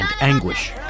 anguish